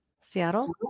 Seattle